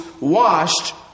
washed